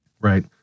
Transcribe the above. Right